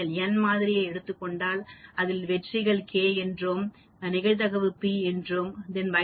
நீங்கள் n மாதிரியை எடுத்துக் கொண்டால் அதில் வரும் வெற்றிகளை k என்கிறோம் அதன் ஒவ்வொரு நிகழ்வையும் p என்று குறிக்கிறோம்